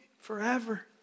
forever